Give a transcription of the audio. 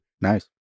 nice